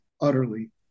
utterly